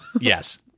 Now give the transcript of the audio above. Yes